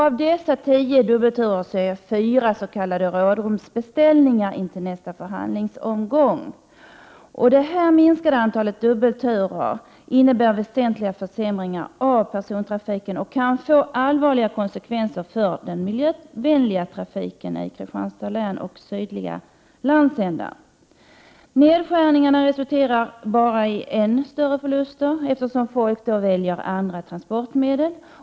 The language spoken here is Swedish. Av dessa 10 dubbelturer är 4 s.k. rådrumsbeställningar intill nästa förhandlingsomgång. Denna minskning av antalet dubbelturer innebär väsentliga försämringar av persontrafiken och kan få allvarliga konsekvenser för den miljövänliga järnvägstrafiken i Kristianstads län och den sydliga landsändan. Nedskärningarna resulterar bara i ännu större förluster, eftersom folk då väljer andra transportmedel.